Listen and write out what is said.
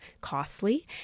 costly